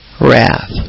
wrath